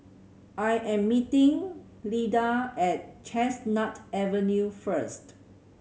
I am meeting Leitha at Chestnut Avenue first